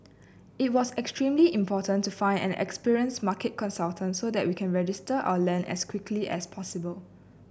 it was extremely important to find an experienced market consultant so that we can register our land as quickly as possible